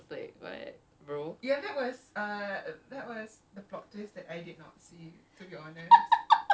you'll be like gaming and listening to guide to grabfood like reading chinese novels like what bro